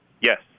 Yes